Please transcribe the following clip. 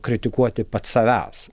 kritikuoti pats savęs